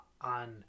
on